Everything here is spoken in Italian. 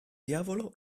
diavolo